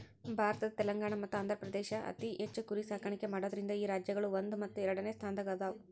ಭಾರತದ ತೆಲಂಗಾಣ ಮತ್ತ ಆಂಧ್ರಪ್ರದೇಶ ಅತಿ ಹೆಚ್ಚ್ ಕುರಿ ಸಾಕಾಣಿಕೆ ಮಾಡೋದ್ರಿಂದ ಈ ರಾಜ್ಯಗಳು ಒಂದು ಮತ್ತು ಎರಡನೆ ಸ್ಥಾನದಾಗ ಅದಾವ